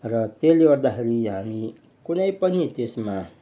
र त्यसले गर्दाखेरि हामी कुनै पनि त्यसमा